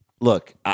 look